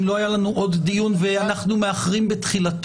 אם לא היה לנו עוד דיון ואנחנו מאחרים בתחילתו,